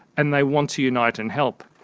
and they want to unite and help.